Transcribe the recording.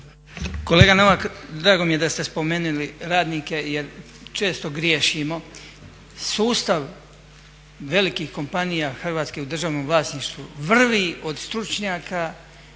Kolega Novak, drago mi je da ste spomenuli radnike jer često griješimo. Sustav velikih kompanija Hrvatske u državnom vlasništvu vrvi od stručnjaka